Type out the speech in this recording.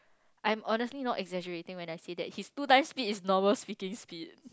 I'm honestly not exaggerating when I say that he's two times speed is normal speaking speed